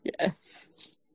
Yes